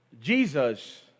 Jesus